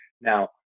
Now